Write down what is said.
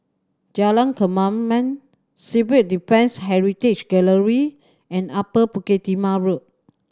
Jalan Kemaman Civil Defence Heritage Gallery and Upper Bukit Timah Road